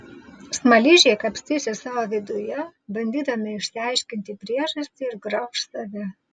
smaližiai kapstysis savo viduje bandydami išsiaiškinti priežastį ir grauš save